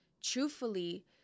truthfully